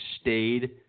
stayed